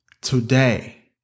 Today